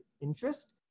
interest